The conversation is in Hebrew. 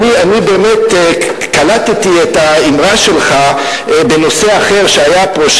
אני באמת קלטתי את האמרה שלך בנושא אחר שהיה פה,